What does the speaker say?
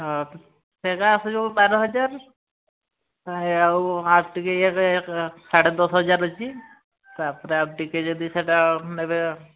ହଁ ସେଇଗୁଡା ଆସୁଛି ପାଞ୍ଚ ହଜାର ଏ ଆଉ ଟିକେ ଇଏରେ ସାଢ଼େ ଦଶ ହଜାର ଅଛି ତା'ପରେ ଆଉ ଟିକେ ଯଦି ସେଇଟା ନେବେ